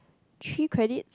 three credit